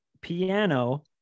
piano